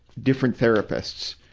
different therapists.